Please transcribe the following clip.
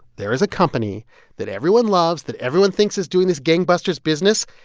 there is a company that everyone loves, that everyone thinks is doing this gangbusters business,